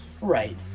Right